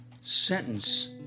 sentence